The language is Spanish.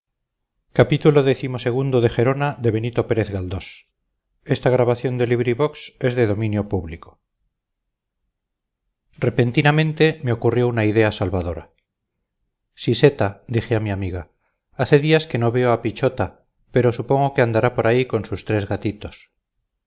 nos mandó nada repentinamente me ocurrió una idea salvadora siseta dije a mi amiga hace días que no veo a pichota pero supongo que andará por ahí con sus tres gatitos